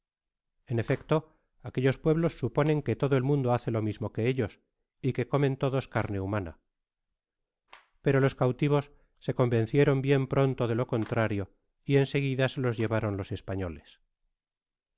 ka efeéto aquellos pueblos suponen que todo el mundo bace lo mismo quj ellos y q ie comen todo carne humana pero los cautivos se convencieron bien pronto de lo contrario y en seguida se los llevaron los español